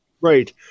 Right